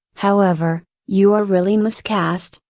however, you are really miscast,